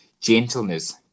gentleness